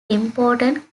important